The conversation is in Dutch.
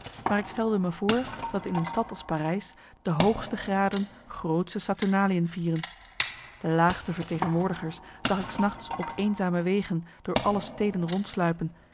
maar ik stelde me voor dat in een stad als parijs de hoogste graden grootsche saturnaliëen vieren de laagste vertegenwoordigers zag ik s nachts op eenzame wegen door alle steden